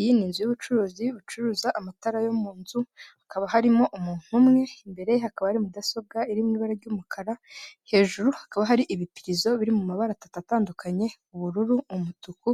Iyi ni inzu y'ubucuruzi bucuruza amatara yo mu nzu, hakaba harimo umuntu umwe, imbere hakaba hari mudasobwa iri muibara ry'umukara, hejuru hakaba hari ibipirizo biri mu mabara atatu atandukanye ubururu, umutuku